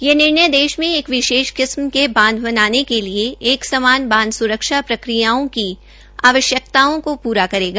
यह निर्णय देश के एक विशेष किसम के बांध बनाने के लिये एक समान स्रक्षा प्रक्रियाओं का आवश्क्ताओं को प्रा करेगा